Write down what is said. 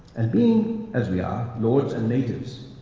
and being, as we are, lords and natives,